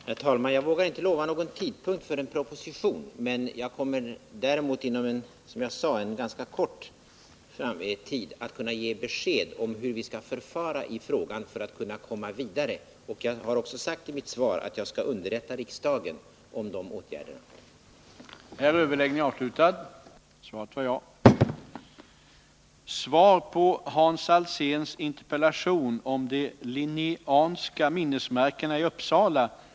Herr talman! Jag vågar inte utlova någon tidpunkt för en proposition, men jag kommer däremot, som jag sade, inom en ganska nära framtid att kunna ge besked om hur vi skall förfara i den här frågan för att komma vidare. Jag Nr 120 har sagt i mitt svar att jag skall underrätta riksdagen om de åtgärderna.